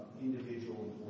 individual